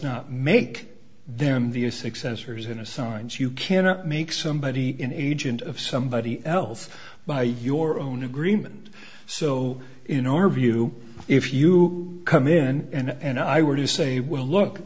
not make them via successors in assigns you cannot make somebody in agent of somebody else by your own agreement so in our view if you come in and i were to say we'll look